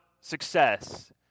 success